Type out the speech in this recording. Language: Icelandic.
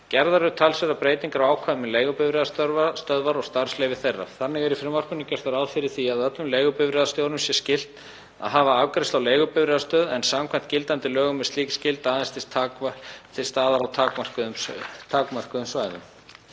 Gerðar eru talsverðar breytingar á ákvæðum um leigubifreiðastöðvar og starfsleyfi þeirra. Þannig er í frumvarpinu gert ráð fyrir að öllum leigubifreiðastjórum sé skylt að hafa afgreiðslu á leigubifreiðastöð en samkvæmt gildandi lögum er slík skylda aðeins til staðar á takmörkuðum svæðum.